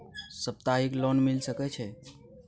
सप्ताहिक लोन मिल सके छै?